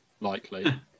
likely